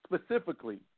specifically